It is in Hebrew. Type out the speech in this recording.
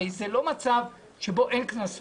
הרי זה לא מצב שבו אין קנסות.